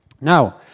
Now